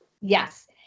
Yes